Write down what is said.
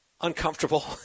uncomfortable